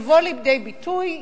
יבוא לידי ביטוי,